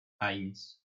eins